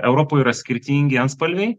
europoj yra skirtingi antstoliai